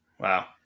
Wow